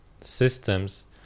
systems